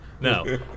No